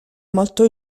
molto